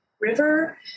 River